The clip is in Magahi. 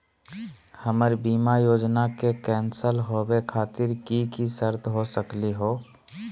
हमर बीमा योजना के कैन्सल होवे खातिर कि कि शर्त हो सकली हो?